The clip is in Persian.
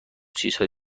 چیزهای